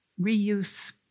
Reuse